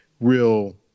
real